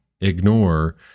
ignore